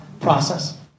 process